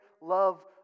love